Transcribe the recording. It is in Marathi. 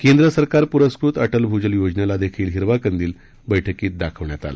केंद्र सरकार पुरस्कृत अटल भूजल योजनेला देखील हिरवा कंदील दाखवण्यात आला